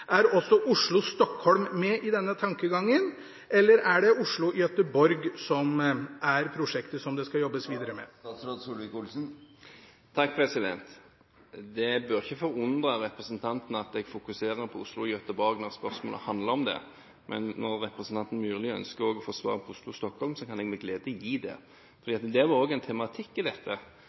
Er også Oslo–Stockholm med i denne tankegangen, eller er det bare Oslo–Göteborg som er prosjektet det skal jobbes videre med? Det bør ikke forundre representanten at jeg fokuserer på Oslo–Göteborg når spørsmålet handler om det, men når representanten Myrli også ønsker å få svar angående Oslo–Stockholm, kan jeg med glede gi det. Det har vært en tematikk bl.a. om hvordan en passerer den norsk-svenske grensen i